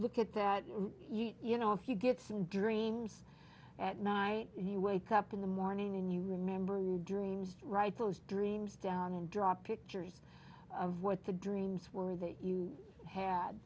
look at that you know if you get some dreams at night he wake up in the morning and you remember your dreams write those dreams down and draw pictures of what the dreams were that you had